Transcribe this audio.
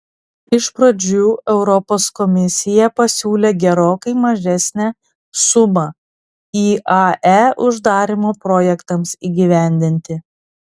iš pradžių europos komisija pasiūlė gerokai mažesnę sumą iae uždarymo projektams įgyvendinti